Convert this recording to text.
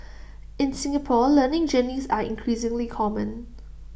in Singapore learning journeys are increasingly common